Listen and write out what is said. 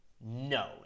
No